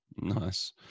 nice